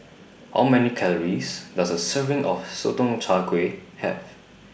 How Many Calories Does A Serving of Sotong Char Kway Have